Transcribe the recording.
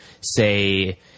say